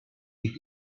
ich